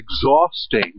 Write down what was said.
exhausting